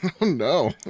No